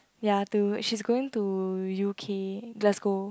ya toward she going to U_K Glasgow